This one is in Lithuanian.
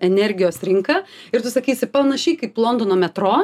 energijos rinka ir tu sakysi panašiai kaip londono metro